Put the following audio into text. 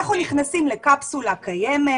אנחנו נכנסים לקפסולה קיימת,